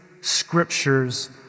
scriptures